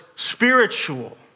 spiritual